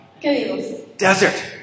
Desert